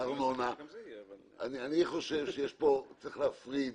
אני חושב שצריך להפריד